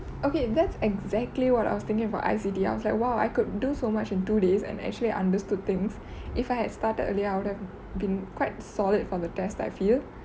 okay that's exactly what I was thinking about I_C_T I was like !wow! I could do so much in two days and actually understood things if I had started earlier I would have been quite solid for the test I feel